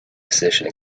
physician